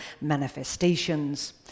manifestations